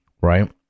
Right